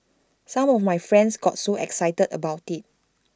some of my friends got so excited about IT